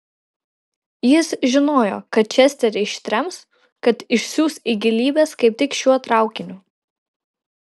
jis žinojo kad česterį ištrems kad išsiųs į gilybes kaip tik šituo traukiniu